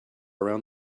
around